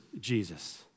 Jesus